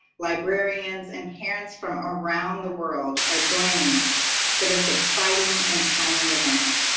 librarians, and parents from around the world are joining us for this exciting and timely event.